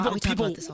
People